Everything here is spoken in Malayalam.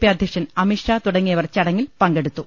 പി അധ്യ ക്ഷൻ അമിത് ഷാ തുടങ്ങിയവർ ചടങ്ങിൽ പങ്കെടുത്തു